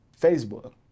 Facebook